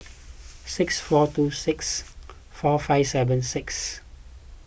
six four two six four five seven six